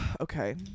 Okay